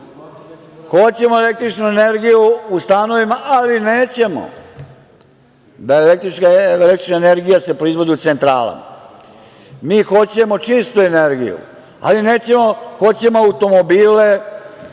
hoćemo električnu energiju u stanovima, ali nećemo jer se električna energija proizvodi u centralama. Mi hoćemo čistu energiju, hoćemo automobile,